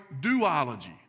duology